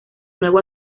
nuevo